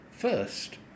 First